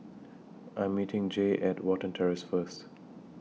I Am meeting Jaye At Watten Terrace First